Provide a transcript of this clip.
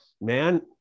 man